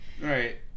Right